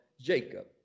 Jacob